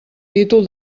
títol